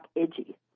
edgy